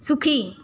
সুখী